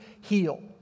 heal